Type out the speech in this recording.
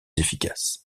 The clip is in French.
efficaces